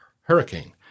hurricane